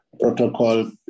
protocol